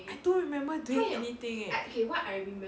I don't remember doing anything eh